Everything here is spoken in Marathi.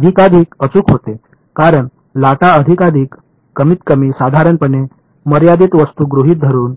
तर हे अधिकाधिक अचूक होते कारण लाटा अधिकाधिक कमीतकमी साधारणपणे मर्यादित वस्तू गृहीत धरुन